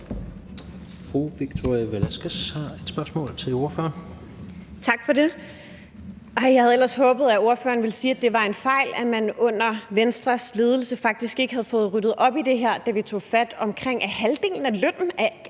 Victoria Velasquez (EL): Tak for det. Jeg havde ellers håbet, at ordføreren ville sige, at det var en fejl, at man under Venstres ledelse faktisk ikke havde fået ryddet op i det her, da vi tog fat omkring, at halvdelen af lønnen kan